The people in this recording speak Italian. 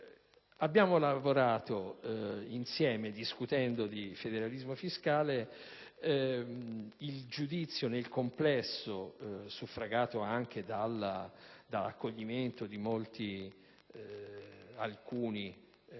Abbiamo lavorato insieme discutendo di federalismo fiscale ed il giudizio, nel complesso, suffragato anche dall'accoglimento di alcuni